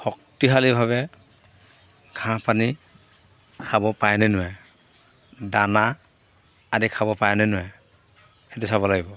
শক্তিশালীভাৱে ঘাঁহ পানী খাব পাৰে নে নোৱাৰে দানা আদি খাব পাৰে নে নোৱাৰে সেইটো চাব লাগিব